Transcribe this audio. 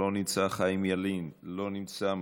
לא נמצא,